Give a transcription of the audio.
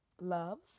Love's